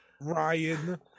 Ryan